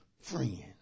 friend